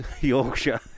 Yorkshire